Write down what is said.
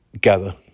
gather